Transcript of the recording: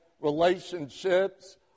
relationships